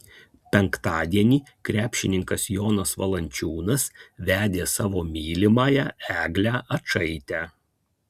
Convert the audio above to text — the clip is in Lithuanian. penktadienį krepšininkas jonas valančiūnas vedė savo mylimąją eglę ačaitę